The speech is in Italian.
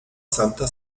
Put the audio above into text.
santa